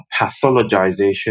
pathologization